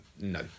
No